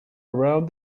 around